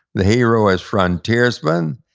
the hero is frontiersman,